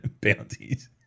bounties